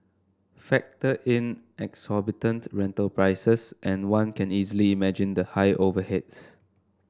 factor in exorbitant rental prices and one can easily imagine the high overheads